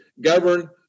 govern